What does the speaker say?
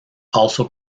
also